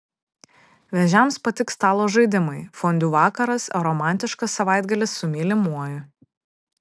vėžiams patiks stalo žaidimai fondiu vakaras ar romantiškas savaitgalis su mylimuoju